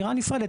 דירה נפרדת.